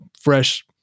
fresh